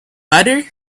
butter